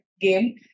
game